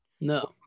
No